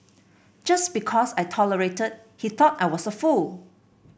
just because I tolerated he thought I was a fool